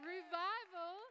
Revival